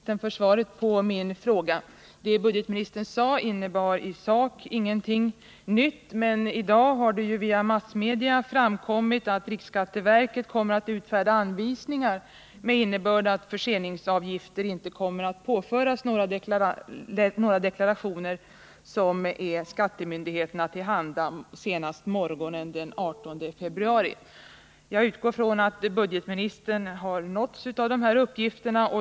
Herr talman! Jag ber att få tacka budgetministern för svaret på min fråga. Det som budgetministern sade innebar i sak ingenting nytt. Men i dag har det ju via massmedia framkommit att riksskatteverket kommer att utfärda anvisningar med innebörd att förseningsavgifter inte kommer att påföras några deklarationer som är skattemyndigheterna till handa senast morgonen den 18 februari. Jag utgår från att budgetministern har nåtts av de här uppgifterna.